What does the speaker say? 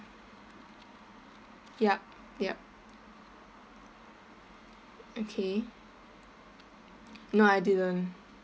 yup yup okay no I didn't